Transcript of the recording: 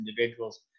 individuals